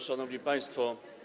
Szanowni Państwo!